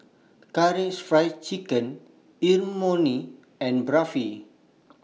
Karaage Fried Chicken Imoni and Barfi